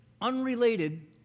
unrelated